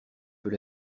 peut